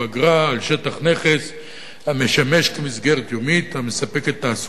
על שטח נכס המשמש כמסגרת יומית המספקת תעסוקה,